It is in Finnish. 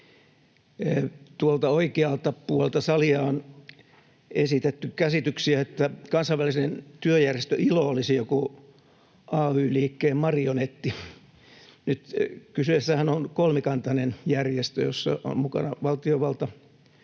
Tuolta oikealta puolelta salia on esitetty käsityksiä, että Kansainvälinen työjärjestö ILO olisi joku ay-liikkeen marionetti. Kyseessähän on kolmikantainen järjestö, jossa ovat mukana valtiovalta,